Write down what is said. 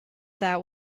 that